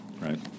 Right